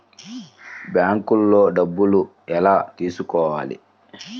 బ్యాంక్లో డబ్బులు ఎలా తీసుకోవాలి?